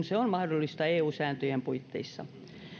se on mahdollista eu sääntöjen puitteissa